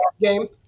game